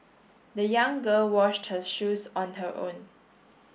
the young girl washed her shoes on her own